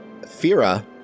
Fira